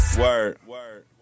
word